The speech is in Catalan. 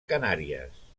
canàries